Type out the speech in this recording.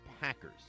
Packers